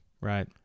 Right